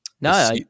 No